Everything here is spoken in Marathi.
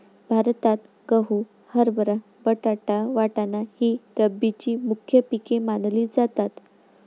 भारतात गहू, हरभरा, बटाटा, वाटाणा ही रब्बीची मुख्य पिके मानली जातात